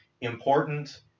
important